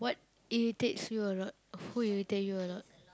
what irritates you a lot who irritate you a lot